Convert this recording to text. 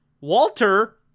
Walter